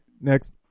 next